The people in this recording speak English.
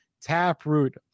Taproot